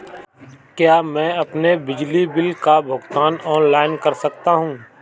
क्या मैं अपने बिजली बिल का भुगतान ऑनलाइन कर सकता हूँ?